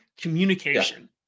communication